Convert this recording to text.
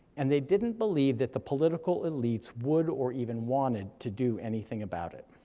and they didn't believe that the political elites would, or even wanted, to do anything about it.